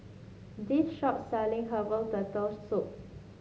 this shop selling Herbal Turtle Soup